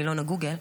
מילון הגוגל,